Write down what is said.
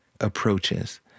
approaches